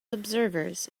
observers